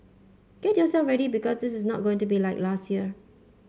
get yourself ready because this is not going to be like last year